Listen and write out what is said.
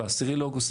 ב-10 באוגוסט.